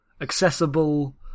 Accessible